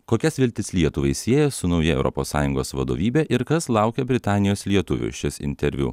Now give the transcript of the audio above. kokias viltis lietuvai sieja su nauja europos sąjungos vadovybe ir kas laukia britanijos lietuvių šis interviu